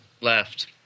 left